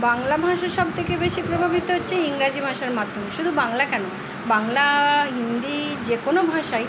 বাংলা ভাষা সব থেকে বেশি প্রভাবিত হচ্ছে ইংরাজি ভাষার মাধ্যমে শুধু বাংলা কেন বাংলা হিন্দি যে কোনো ভাষাই